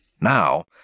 Now